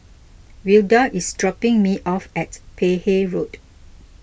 Wilda is dropping me off at Peck Hay Road